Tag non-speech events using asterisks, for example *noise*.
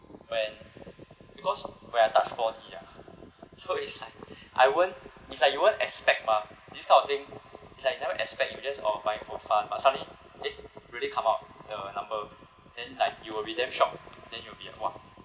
when because when I touch four D uh so it's like *laughs* I won't it's like you won't expect mah this kind of thing it's like you never expect you just oh buying for fun but suddenly eh really come out the number then like you will be damn shocked then you will be like !wah!